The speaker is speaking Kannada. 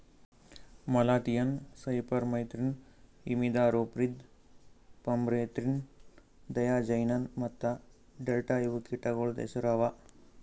malathion, cypermethrin, imidacloprid, permethrin, diazinon ಮತ್ತ ಡೆಲ್ಟಾ ಇವು ಕೀಟಗೊಳ್ದು ಹೆಸುರ್ ಅವಾ